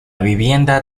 vivienda